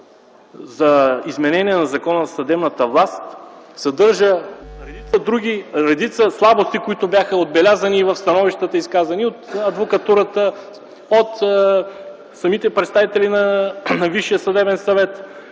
за изменение на Закона за съдебната власт съдържа редица слабости, които бяха отбелязани и в становищата, изказани от адвокатурата, от самите представители на Висшия съдебен съвет,